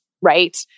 Right